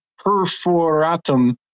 perforatum